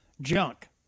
junk